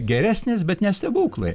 geresnis bet ne stebuklai